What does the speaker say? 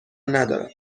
ندارد